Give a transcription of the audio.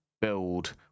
build